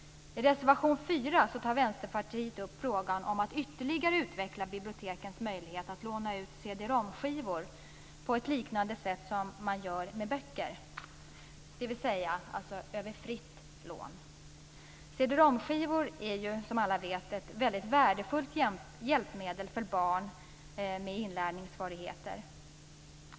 I reservation 4 tar Vänsterpartiet upp frågan om att ytterligare utveckla bibliotekens möjlighet att låna ut cd-romskivor på ett liknande sätt som man gör med böcker. Det skall alltså vara ett fritt lån. Cd-romskivor är ju som alla vet ett väldigt värdefullt hjälpmedel för barn med inlärningssvårigheter.